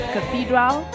Cathedral